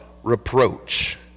reproach